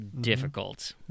difficult